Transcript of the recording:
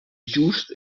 just